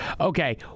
Okay